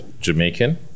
Jamaican